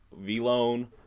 V-Loan